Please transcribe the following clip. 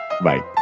Bye